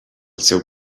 seu